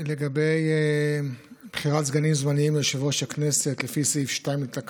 לגבי בחירת סגנים זמניים ליושב-ראש הכנסת,